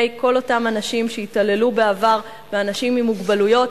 כל אותם אנשים שהתעללו בעבר באנשים עם מוגבלויות,